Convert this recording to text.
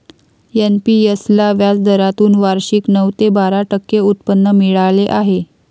NPS ला व्याजदरातून वार्षिक नऊ ते बारा टक्के उत्पन्न मिळाले आहे